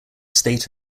state